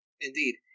indeed